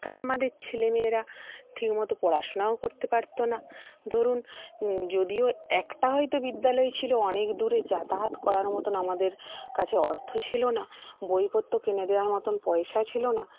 তাই আমাদের ছেলেমেয়েরা ঠিকমতো পড়াশুনাও করতে পারতো না ধরুন যদিও একটা হয়তো বিদ্যালয় ছিলো অনেক দূরে যাতায়াত করার মতন আমাদের কাছে অর্থ ছিলো না বইপত্র কিনে দেওয়ার মতোন পয়সা ছিলো না